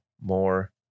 more